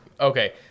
Okay